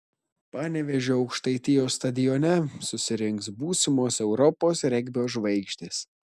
panevėžio aukštaitijos stadione susirinks būsimos europos regbio žvaigždės